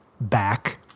back